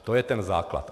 To je ten základ.